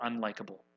unlikable